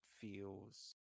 feels